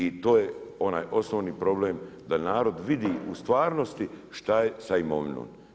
I to je onaj osnovni problem da narod vidi u stvarnosti šta je sa imovinom.